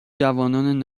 جوانان